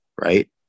right